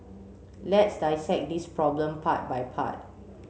let's dissect this problem part by part